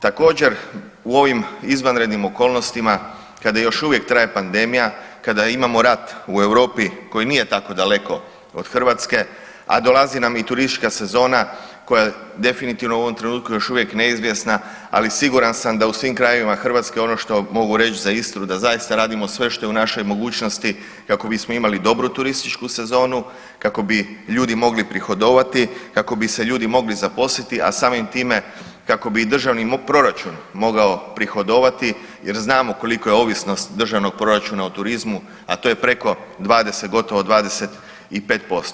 Također u ovim izvanrednim okolnostima kada još uvijek traje pandemija, kada imamo rat u Europi koji nije tako daleko od Hrvatske, a dolazi nam i turistička sezona koja je definitivno u ovom trenutku još uvijek neizvjesna, ali siguran sam da u svim krajevima Hrvatske ono što mogu reć za Istru da zaista radimo sve što je u našoj mogućnosti kako bismo imali dobru turističku sezonu, kako bi ljudi mogli prihodovati, kako bi se ljudi mogli zaposliti, a samim time kako bi i državni proračun mogao prihodovati jer znamo kolika je ovisnost državnog proračuna o turizmu, a to je preko 20, gotovo 25%